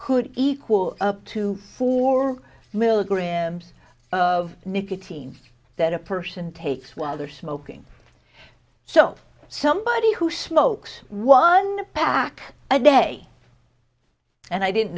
could equal up to four milligrams of nicotine that a person takes whether smoking so somebody who smokes one pack a day and i didn't